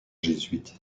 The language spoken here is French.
jésuite